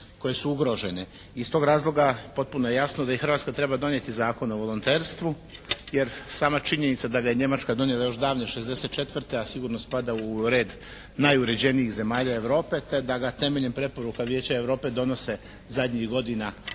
koje su ugrožene. I iz tog razloga potpuno je jasno da Hrvatska treba donijeti Zakon o volonterstvu jer sama činjenica da ga je Njemačka donijela još davne 64. a sigurno spada u red najuređenijih zemalja Europe te da ga temeljem preporuka Vijeća Europe donose zadnjih godina